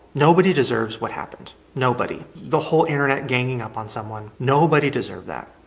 nobody deserves what happened, nobody. the whole internet ganging up on someone, nobody deserved that.